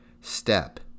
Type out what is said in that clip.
Step